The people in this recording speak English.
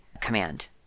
command